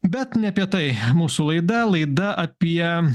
bet ne apie tai mūsų laida laida apie